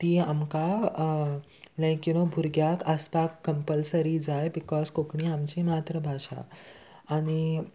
ती आमकां लायक यू नो भुरग्यांक आसपाक कंपलसरी जाय बिकॉज कोंकणी आमची मात्रभाशा आनी